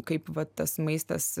kaip va tas maistas